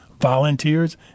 volunteers